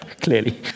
clearly